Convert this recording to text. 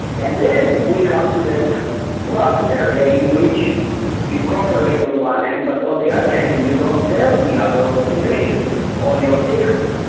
and then we come to that rough area in which you co-operate on the one hand, but on the other hand you don't tell the other organisation organisation all your secrets,